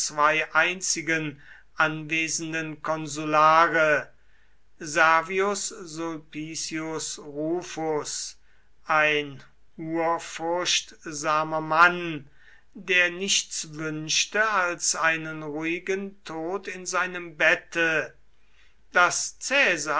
einzigen anwesenden konsulare servius sulpicius rufus ein urfurchtsamer mann der nichts wünschte als einen ruhigen tod in seinem bette daß